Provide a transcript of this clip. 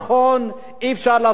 אי-אפשר לעשות הכללה,